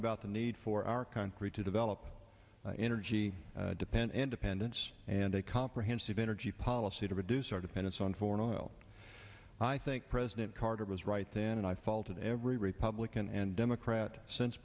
about the need for our country to develop energy depend and dependence and a comprehensive energy policy to reduce our dependence on foreign oil i think president carter was right then and i faltered every republican and democrat since